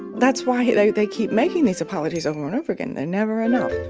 that's why they they keep making these apologies over and over again. they're never enough